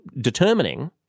determining